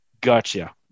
gotcha